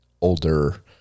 older